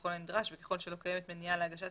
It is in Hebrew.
ככל הנדרש וככל שלא קיימת מניעה להגשת